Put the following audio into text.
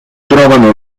trovano